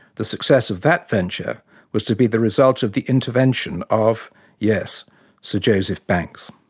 the success of that venture was to be the result of the intervention of yes sir joseph banks.